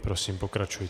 Prosím, pokračujte.